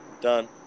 Done